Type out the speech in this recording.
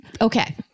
Okay